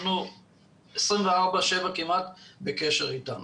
אנחנו כמעט 24/7 בקשר איתם.